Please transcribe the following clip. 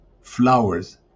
flowers